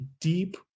deep